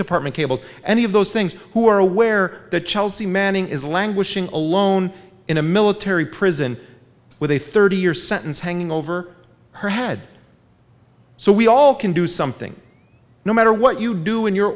department cables any of those things who are aware that chelsea manning is languishing alone in a military prison with a thirty year sentence hanging over her head so we all can do something no matter what you do in your